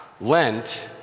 Lent